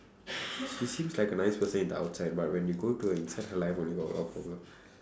she seems like a nice person in the outside but when you go to her inside her life really got a lot of problem